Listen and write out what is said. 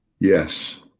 Yes